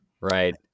Right